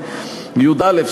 יא.